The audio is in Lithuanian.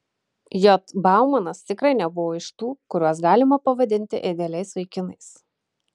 j baumanas tikrai nebuvo iš tų kuriuos galima pavadinti idealiais vaikinais